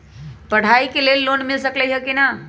पढाई के लेल लोन मिल सकलई ह की?